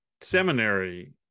seminary